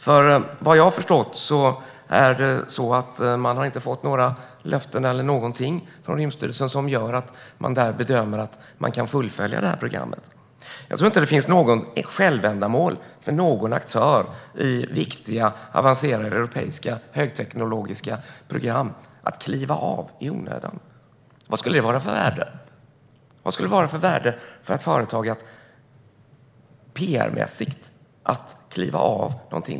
Vad jag har förstått har man inte fått några löften, eller någonting, från Rymdstyrelsen som gör att man bedömer att man kan fullfölja det här programmet. Jag tror inte att det finns något självändamål för någon aktör i viktiga, avancerade europeiska högteknologiska program i att kliva av i onödan. Vilket värde skulle finnas i det? Vilket pr-mässigt värde skulle det finnas för ett företag i att kliva av någonting?